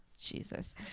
Jesus